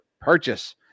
purchase